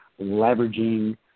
leveraging